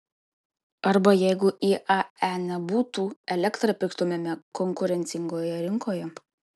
arba jeigu iae nebūtų elektrą pirktumėme konkurencingoje rinkoje